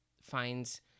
finds